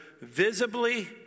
visibly